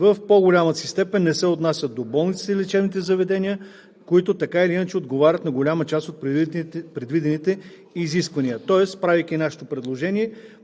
в по-голямата си степен не се отнасят до болниците и лечебните заведения, които така или иначе отговарят на голяма част от предвидените изисквания. Тоест, правейки нашите предложения,